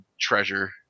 treasure